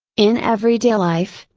in everyday life,